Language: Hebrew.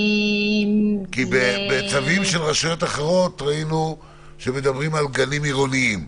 כי בצווים של רשויות אחרות ראינו שמדברים על גנים עירוניים,